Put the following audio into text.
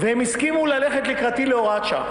והם הסכימו ללכת לקראתי להוראת שעה